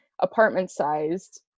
apartment-sized